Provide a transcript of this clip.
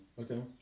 okay